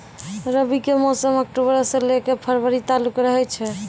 रबी के मौसम अक्टूबरो से लै के फरवरी तालुक रहै छै